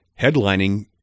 headlining